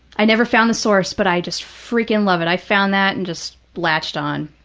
i never found the source, but i just freaking love it. i found that and just latched on.